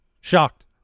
Shocked